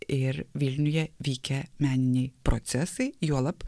ir vilniuje vykę meniniai procesai juolab